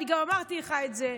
אני גם אמרתי לך את זה,